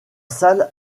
salle